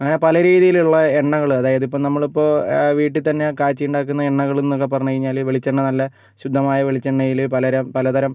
അങ്ങനെ പല രീതിയിലുള്ള എണ്ണകൾ അതായതിപ്പം നമ്മളിപ്പോൾ വീട്ടിൽ തന്നെ കാച്ചി ഉണ്ടാക്കുന്ന എണ്ണകളെന്നൊക്കെ പറഞ്ഞു കഴിഞ്ഞാൽ വെളിച്ചെണ്ണ നല്ല ശുദ്ധമായ വെളിച്ചെണ്ണയിൽ പലതരം പലതരം